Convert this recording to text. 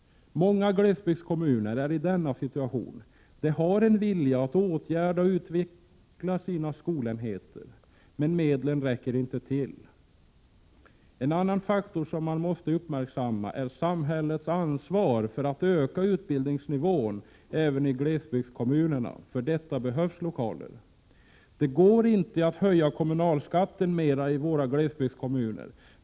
Många glesbygdskommuner är i denna situation. De har en vilja att åtgärda brister i eller utveckla sina skolenheter, men medlen räcker inte till. En annan faktor som måste uppmärksammas är samhällets ansvar för att öka utbildningsnivån även i glesbygdskommunerna. För detta behövs lokaler. Det går inte att höja kommunalskatten mera i våra glesbygdskommuner.